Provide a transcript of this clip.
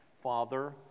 Father